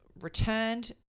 returned